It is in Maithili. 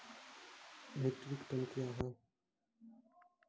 मीट्रिक टन कया हैं?